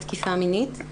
החילוניים.